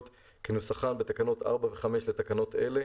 כנוסחן בתקנות 4 ו-5 לתקנות אלה,